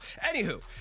Anywho